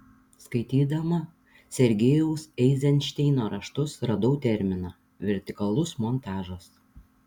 skaitydama sergejaus eizenšteino raštus radau terminą vertikalus montažas